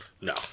No